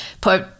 put